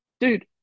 dude